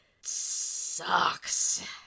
sucks